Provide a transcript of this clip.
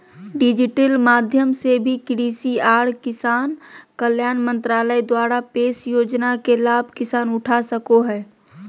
digital माध्यम से भी कृषि आर किसान कल्याण मंत्रालय द्वारा पेश योजना के लाभ किसान उठा सको हय